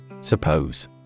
Suppose